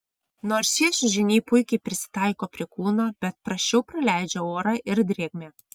nors šie čiužiniai puikiai prisitaiko prie kūno bet prasčiau praleidžia orą ir drėgmę